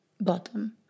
bottom